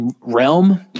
realm